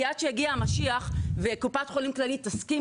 כי עד שיגיע המשיח וקופת חולים כללית תסכים